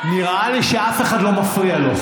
נראה לי שאף אחד לא מפריע לו,